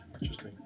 Interesting